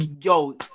yo